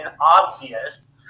obvious